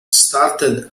started